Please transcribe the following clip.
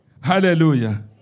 Hallelujah